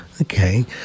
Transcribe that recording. Okay